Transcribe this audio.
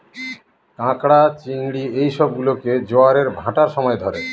ক্যাঁকড়া, চিংড়ি এই সব গুলোকে জোয়ারের ভাঁটার সময় ধরে